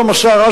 היום השר,